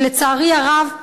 ולצערי הרב,